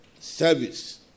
Service